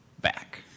back